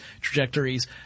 trajectories